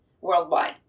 worldwide